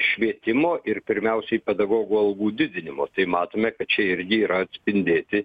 švietimo ir pirmiausiai pedagogų algų didinimo tai matome kad čia irgi yra atspindėti